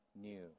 new